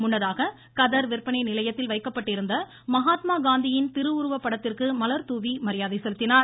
முன்னதாக கதர் விந்பனை நிலையத்தில் வைக்கப்பட்டிருந்த மகாத்மா காந்தியின் திருவுருவ படத்திற்கு மலர்தூவி மரியாதை செலுத்தினார்